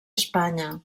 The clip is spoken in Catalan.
espanya